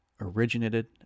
originated